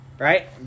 Right